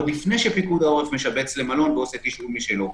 עוד לפני שפיקוד העורף משבץ למלון ועושה תשאול משלו.